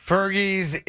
Fergie's